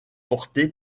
porté